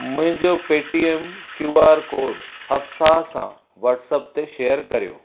मुंहिंजो Paytm Q R code हफ्साह सां व्हाटसएप ते शेयर करियो